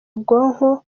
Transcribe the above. ubwonko